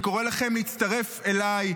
אני קורא לכם להצטרף אליי,